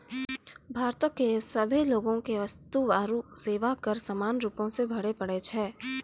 भारतो के सभे लोगो के वस्तु आरु सेवा कर समान रूपो से भरे पड़ै छै